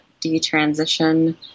detransition